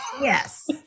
Yes